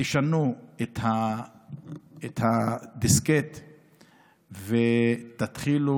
תשנו את הדיסקט ותתחילו,